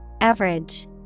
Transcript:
Average